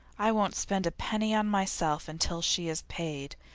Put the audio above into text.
i won't spend a penny on myself until she is paid,